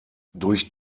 durch